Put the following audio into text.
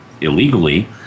illegally